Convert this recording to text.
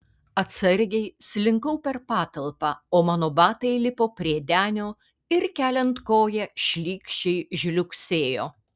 atsargiai slinkau per patalpą o mano batai lipo prie denio ir keliant koją šlykščiai žliugsėjo